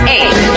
Eight